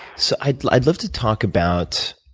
so i'd i'd love to talk about